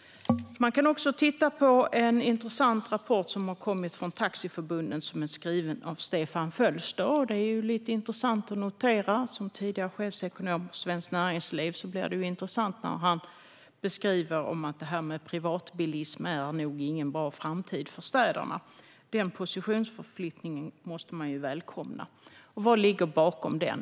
Man kan också titta på en intressant rapport från Svenska Taxiförbundet som är skriven av Stefan Fölster, som tidigare varit chefsekonom hos Svenskt Näringsliv. Det är intressant att han menar att detta med privatbilism nog inte är någon bra framtid för städerna. Den positionsförflyttningen måste man välkomna. Vad ligger bakom den?